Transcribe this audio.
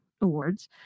Awards